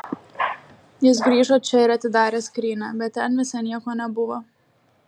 jis grįžo čia ir atidarė skrynią bet ten visai nieko nebuvo